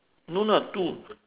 no lah two